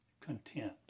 content